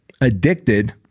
addicted